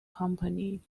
company